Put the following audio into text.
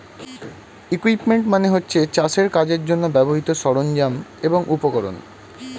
equipment মানে হচ্ছে চাষের কাজের জন্যে ব্যবহৃত সরঞ্জাম এবং উপকরণ